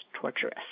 torturous